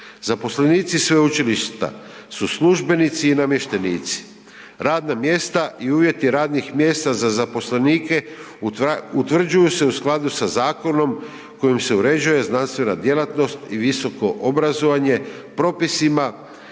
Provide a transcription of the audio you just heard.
Zaposlenici sveučilišta su službenici i namještenici. Radna mjesta i uvjeti radnih mjesta za zaposlenike utvrđuju se u skladu sa zakonom kojim se uređuje znanstvena djelatnost i visoko obrazovanje propisima